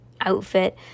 outfit